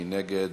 מי נגד?